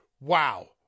wow